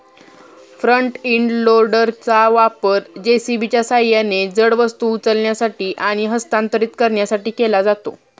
front end लोडरचा वापर जे.सी.बीच्या सहाय्याने जड वस्तू उचलण्यासाठी आणि हस्तांतरित करण्यासाठी केला जातो